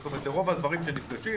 זאת אומרת שלרוב המפגשים,